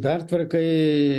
pertvarka ji